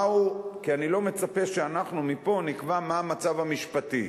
כי אני לא מצפה שאנחנו מפה נקבע מה המצב המשפטי.